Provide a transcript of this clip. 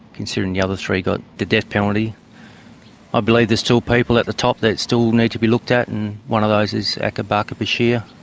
considering the other three got the death penalty i believe there's still people at the top that still need to be looked at. and one of those is abu bakar bashir.